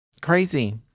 Crazy